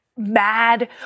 Mad